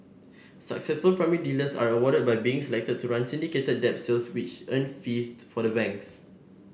successful primary dealers are rewarded by being selected to run syndicated debt sales which earn fees for the banks